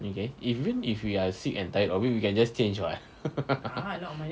okay even if we are sick and tired of it we can just change [what]